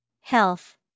Health